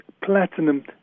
platinum